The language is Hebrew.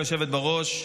בראש.